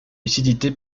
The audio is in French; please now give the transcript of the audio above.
lucidité